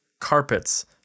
carpets